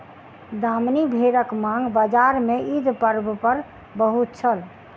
दामनी भेड़क मांग बजार में ईद पर्व पर बहुत छल